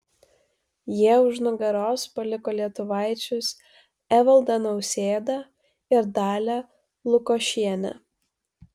jie už nugaros paliko lietuvaičius evaldą nausėdą ir dalią lukošienę